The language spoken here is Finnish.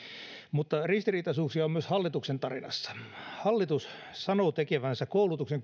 mutta ristiriitaisuuksia on myös hallituksen tarinassa hallitus sanoo tekevänsä koulutuksen